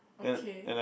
okay